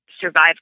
survive